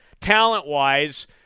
talent-wise